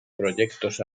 proyectos